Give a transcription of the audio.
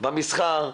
במסחר,